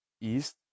East